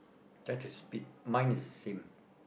that's a speed mine is the same